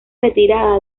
retirada